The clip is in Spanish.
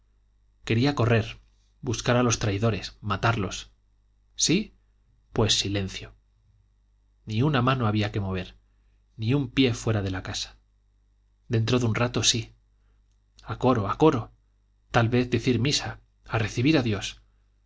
quería correr buscar a los traidores matarlos sí pues silencio ni una mano había que mover ni un pie fuera de casa dentro de un rato sí a coro a coro tal vez a decir misa a recibir a dios